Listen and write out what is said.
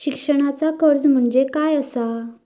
शिक्षणाचा कर्ज म्हणजे काय असा?